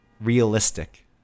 realistic